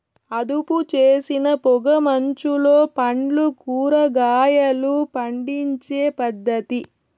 అదుపుచేసిన పొగ మంచులో పండ్లు, కూరగాయలు పండించే పద్ధతి